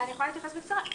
אני יכולה להתייחס בקצרה.